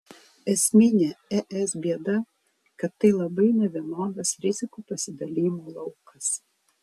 esminė es bėda kad tai labai nevienodas rizikų pasidalijimo laukas